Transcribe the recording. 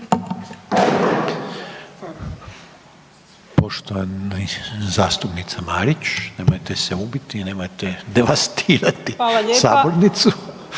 Poštovana zastupnica Marić. Nemojte se ubiti, nemojte devastirati sabornicu.